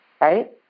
right